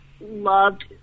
loved